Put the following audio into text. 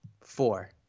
four